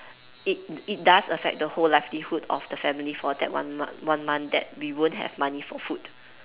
it it does affect the whole livelihood of the family for that one month that we won't have money for food